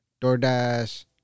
DoorDash